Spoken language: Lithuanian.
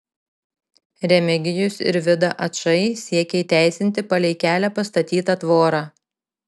remigijus ir vida ačai siekia įteisinti palei kelią pastatytą tvorą